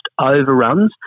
overruns